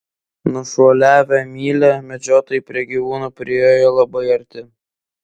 nušuoliavę mylią medžiotojai prie gyvūnų prijojo labai arti